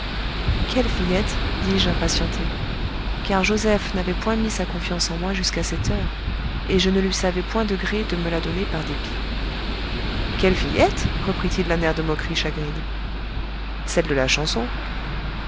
quelle fillette dis-je impatienté car joseph n'avait point mis sa confiance en moi jusqu'à cette heure et je ne lui savais point de gré de me la donner par dépit quelle fillette reprit-il d'un air de moquerie chagrine celle de la chanson